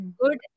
good